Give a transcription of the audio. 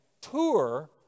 tour